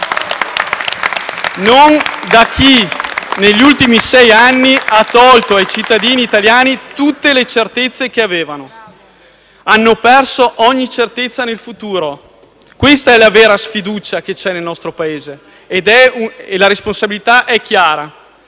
Non da chi negli ultimi sei anni ha tolto ai cittadini italiani tutte le certezze che avevano. Hanno perso ogni certezza nel futuro. *(Commenti del senatore Mirabelli)*. Questa è la vera sfiducia che c'è nel nostro Paese e la responsabilità è chiara.